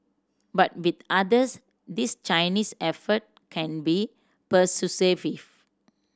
but with others these Chinese effort can be persuasive